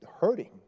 hurting